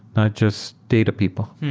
not just data people